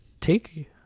take